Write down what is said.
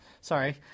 Sorry